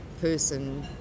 person